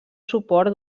suport